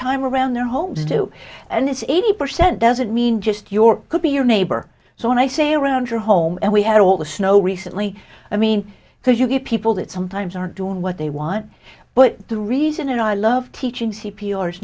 time around their homes do and it's eighty percent doesn't mean just your could be your neighbor so when i say around your home and we had all the snow recently i mean because you get people that sometimes aren't doing what they want but the reason i love teaching c